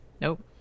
Nope